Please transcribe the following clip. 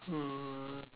uh